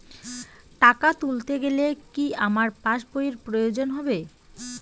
টাকা তুলতে গেলে কি আমার পাশ বইয়ের প্রয়োজন হবে?